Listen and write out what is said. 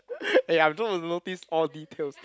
eh I was the one who notice all details